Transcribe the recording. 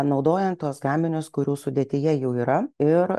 naudojant tuos gaminius kurių sudėtyje jų yra ir